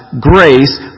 grace